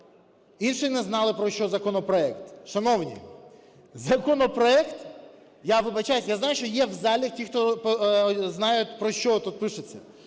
Інші не знали, про що законопроект. Шановні, законопроект… Я вибачаюся, я знаю, що є в залі ті, хто знають, про що тут пишеться.